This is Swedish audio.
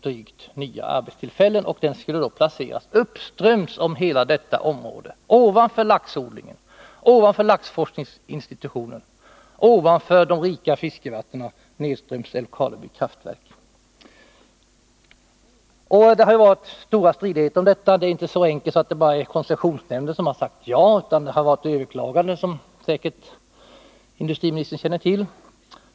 Den skulle placeras uppströms detta område, alltså ovanför laxodlingen, och ovanför laxforskningsinstitutet, ovanför de rika fiskevattnen nedströms Älvkarleby kraftverk! Det har varit stora stridigheter om detta. Det är inte så enkelt att koncessionsnämnden bara sagt ja. Det har förekommit överklaganden, som industriministern säkert känner till.